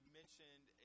mentioned